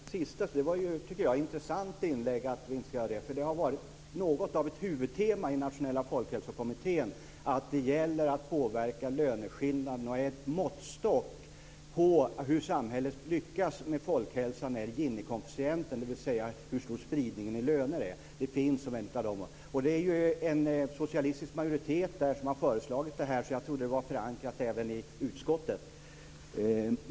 Fru talman! För att börja med det sista tycker jag att det var intressant att höra att vi inte ska göra det. Det har nämligen varit något av ett huvudtema i den nationella folkhälsokommittén att det gäller att påverka löneskillnaderna. En måttstock på hur samhället lyckas med folkhälsan är Gini-koefficienten, dvs. hur stor spridningen av löner är. Det finns med i detta. Det är också en socialistisk majoritet som har föreslagit detta, så jag trodde att det var förankrat även i utskottet.